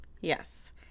yes